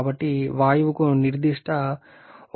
కాబట్టి వాయువుకి నిర్దిష్ట 1